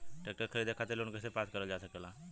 Tractor खरीदे खातीर loan कइसे पास करल जा सकेला?